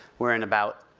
we're in about,